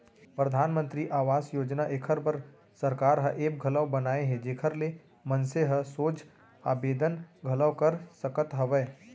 परधानमंतरी आवास योजना एखर बर सरकार ह ऐप घलौ बनाए हे जेखर ले मनसे ह सोझ आबेदन घलौ कर सकत हवय